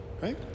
right